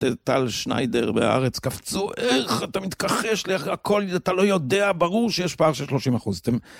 טל שניידר והארץ קפצו, איך אתה מתכחש ל- , הכל, אתה לא יודע, ברור שיש פער של 30 אחוז, אתם